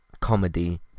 comedy